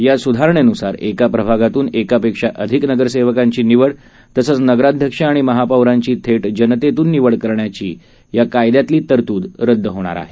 या सुधारणेनुसार एका प्रभागातून एकापेक्षा अधिक नगरसेवकांची निवड तसंच नगराध्यक्ष आणि महापौरांची थेट जनतेतून निवड करण्याची या कायद्यातली तरतूद रद्द होणार आहे